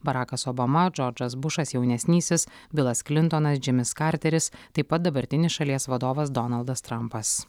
barakas obama džordžas bušas jaunesnysis bilas klintonas džimis karteris taip pat dabartinis šalies vadovas donaldas trampas